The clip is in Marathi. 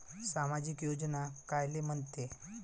सामाजिक योजना कायले म्हंते?